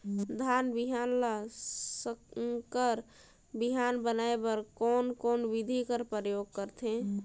धान बिहान ल संकर बिहान बनाय बर कोन कोन बिधी कर प्रयोग करथे?